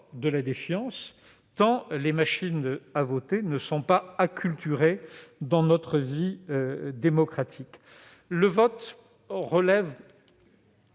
de la défiance, tant les machines à voter ne sont pas intégrées à notre culture démocratique. Le vote relève